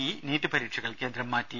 E NEET പരീക്ഷകൾ കേന്ദ്രം മാറ്റി